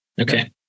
Okay